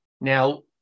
Now